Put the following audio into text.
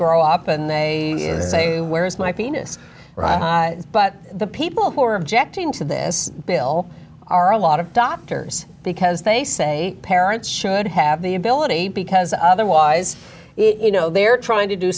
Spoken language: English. grow up and they say where is my penis but the people who are objecting to this bill are a lot of doctors because they say parents should have the ability because otherwise you know they're trying to do